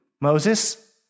Moses